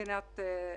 מדינת ישראל.